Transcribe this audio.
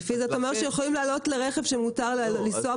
לפי זה יכולים לעלות לרכב שישה אנשים בזמן שהנסיעה